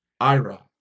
Ira